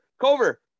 Cover